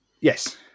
Yes